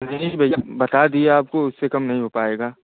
नहीं भैया बता दिए आपको उससे कम नहीं हो पाएगा